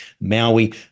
Maui